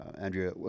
Andrea